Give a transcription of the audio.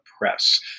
Press